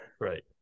right